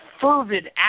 fervid